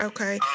Okay